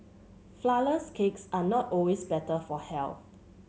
flourless cakes are not always better for health